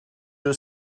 you